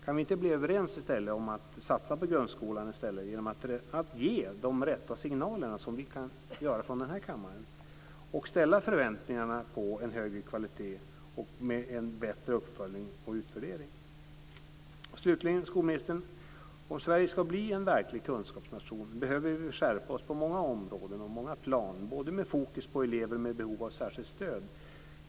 Kan vi inte i stället bli överens om att satsa på grundskolan genom att ge de rätta signalerna som vi kan göra från den här kammaren och ställa ut förväntningar på en högre kvalitet med bättre uppföljning och utvärdering? Slutligen, skolministern: Om Sverige ska bli en verklig kunskapsnation behöver vi skärpa oss på många områden och många plan. Vi måste ha fokus på elever med behov av särskilt stöd.